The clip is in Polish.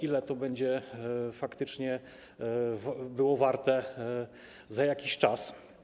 Ile to będzie faktycznie warte za jakiś czas?